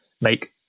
make